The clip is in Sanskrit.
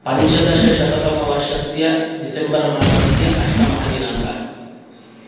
पञ्चदशशततमवर्षस्य डिसेम्बर् मासस्य अष्टमः दिनाङ्कः